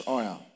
oil